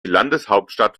landeshauptstadt